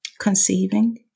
conceiving